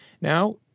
Now